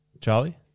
Charlie